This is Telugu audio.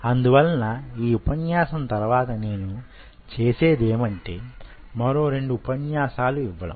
అందువలన ఈ ఉపన్యాసం తరువాత నేను చేసేదేమంటే మరో రెండు ఉపన్యాసాలు ఇవ్వడం